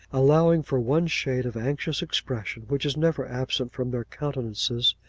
allowing for one shade of anxious expression which is never absent from their countenances,